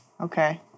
Okay